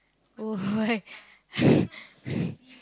oh why